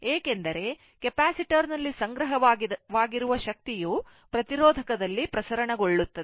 ಏಕೆಂದರೆ ಕೆಪಾಸಿಟರ್ನಲ್ಲಿ ಸಂಗ್ರಹವಾಗಿರುವ ಶಕ್ತಿಯು ಪ್ರತಿರೋಧಕದಲ್ಲಿ ಪ್ರಸರಣಗೊಳ್ಳುತ್ತದೆ